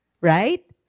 right